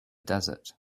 desert